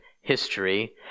history